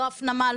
לא הפנמה,